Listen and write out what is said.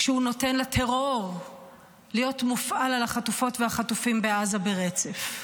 כשהוא נותן לטרור להיות מופעל על החטופות והחטופים בעזה ברצף.